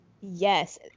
Yes